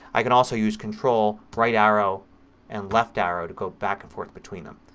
i can also use control right arrow and left arrow to go back and forth between them.